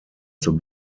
zur